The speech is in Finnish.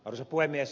arvoisa puhemies